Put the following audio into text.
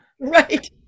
Right